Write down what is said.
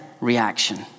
reaction